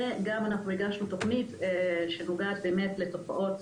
הגשנו גם תוכנית שנוגעת בתופעות